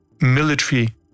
military